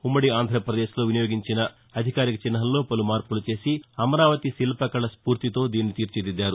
ఉమ్మడి ఆంధ్రప్రదేశ్లో వినియోగించిన అధికారిక చిహ్నంలో పలు మార్పులు చేసి అమరావతి శిల్పకళ స్పూర్తితో దీనిని తీర్చిదిద్దారు